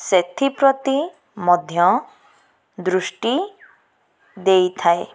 ସେଥିପ୍ରତି ମଧ୍ୟ ଦୃଷ୍ଟି ଦେଇଥାଏ